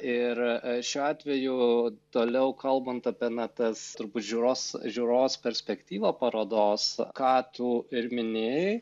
ir šiuo atveju toliau kalbant apie na tas turbūt žiūros žiūros perspektyvą parodos ką tu ir minėjai